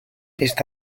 este